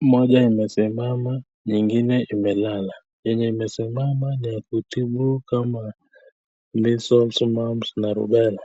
moja imesimama nyingine imelala, yenye imesimama niya kutibu kama [missiles] na [aloe vera]